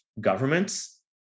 governments